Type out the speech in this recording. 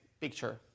picture